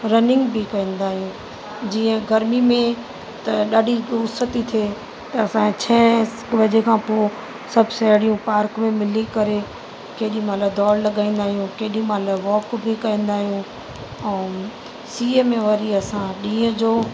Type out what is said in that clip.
running बि कंदा आहियूं जीअं गर्मी में त ॾाढी उस थी थिए त असां छह वजे खां पोइ सभु साहिड़ियूं पार्क में मिली करे केॾी महिल दौड़ लॻाईंदा आहियूं केॾी महिल वॉक बि कंदा आहियूं ऐं सीअ में वरी असां ॾींहं जो